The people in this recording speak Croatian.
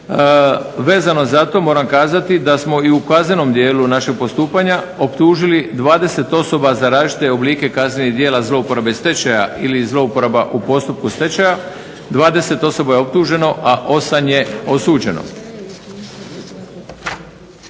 Vezano za to moram kazati da smo i u kaznenom djelu našeg postupanja optužili 20 osoba za različite oblike kaznenih djela zlouporabe stečaja ili zlouporaba u postupku stečaja. 20 osoba je optuženo, a 8 je osuđeno.